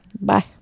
Bye